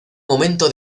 momento